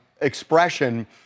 expression